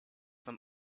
them